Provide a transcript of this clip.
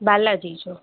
बालाजी जो